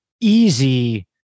easy